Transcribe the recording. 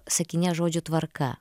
sakinyje žodžių tvarka